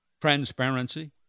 transparency